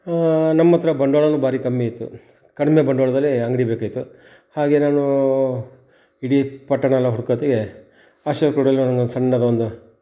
ನಮ್ಮಹತ್ರ ಬಂಡ್ವಾಳ ಭಾರಿ ಕಮ್ಮಿ ಇತ್ತು ಕಡಿಮೆ ಬಂಡವಾಳದಲ್ಲೀ ಅಂಗಡಿ ಬೇಕಾಗಿತ್ತು ಹಾಗೆ ನಾನೂ ಇಡೀ ಪಟ್ಟಣ ಎಲ್ಲ ಹುಡ್ಕೊತ್ತಿಗೆ ಸಣ್ಣದೊಂದು